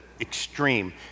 extreme